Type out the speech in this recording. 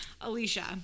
Alicia